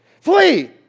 Flee